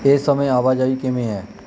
ਇਸ ਸਮੇਂ ਆਵਾਜਾਈ ਕਿਵੇਂ ਹੈ